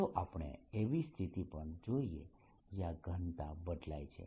ચાલો આપણે એવી સ્થિતિ પણ જોઈએ જ્યાં ઘનતા બદલાય છે